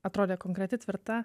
atrodė konkreti tvirta